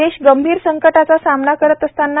देश गंभीर संकटाचा सामना करत असताना